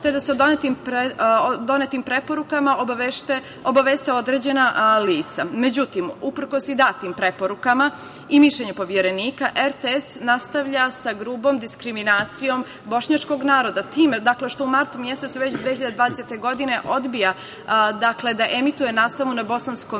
te da se donetim preporukama obaveste određena lica.Međutim, uprkos i datim preporukama i mišljenju Poverenika, RTS nastavlja sa grubom diskriminacijom bošnjačkog naroda, time što u martu mesecu već 2020. godine odbija da emituje nastavu na bosanskom jeziku